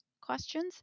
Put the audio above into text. questions